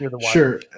Sure